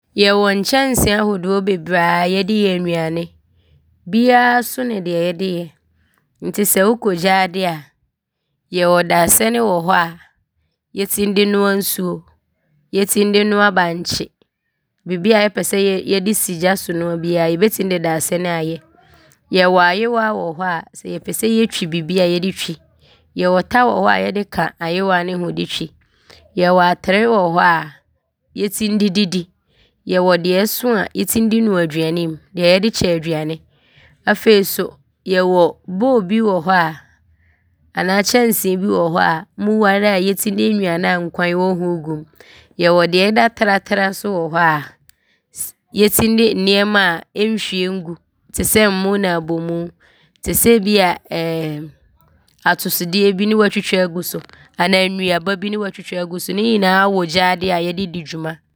Yɛwɔ nkyɛnsee ahodoɔ bebree a yɛde yɛ nnuane. Biaa so ne deɛ yɛde yɛ nti sɛ wokɔ gyaade a, yɛwɔ daasɛne wɔ hɔ a yɛtim de noa nsuo. Yɛtim de noa bankye. Bibi a yɛpɛ sɛ yɛde si gya so noa biaa, yɛbɛtim de daasɛne aayɛ. Yɛwɔ ayowa wɔ hɔ a yɛpɛ sɛ yɛtwi bibi a yɛde twi. Yɛwɔ ta wɔ hɔ a yɛde ka ayowa ne ho de twi. Yɛwɔ atere wɔ hɔ a yɛtim de didi. Yɛwɔ deɛ ɔso a yɛtim de nu aduane mu. Deɛ yɛde kyɛ aduane. Afei so, yɛwɔ kyɛnsee bi wɔ hɔ a, mu ware a yɛtim de nnuane a nkwan wɔ ho gum. Yɛwɔ deɛ ɔda tratra so wɔ hɔ a yɛtim de nnoɔma a ɔnhwie ngu te sɛ mmoo ne abomu, te sɛ bi a atosodeɛ bi ne woatwitwa agu so anaa nnuaba bi ne woatwitwa agu so. Ne nyinaa wɔ gyaade a yɛde di dwuma.